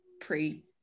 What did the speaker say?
pre